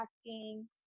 asking